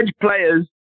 players